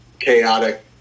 chaotic